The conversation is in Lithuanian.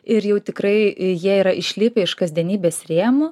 ir jau tikrai jie yra išlipę iš kasdienybės rėmų